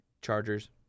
Chargers